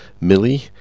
millie